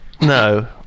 No